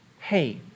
hey